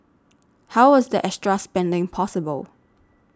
how was the extra spending possible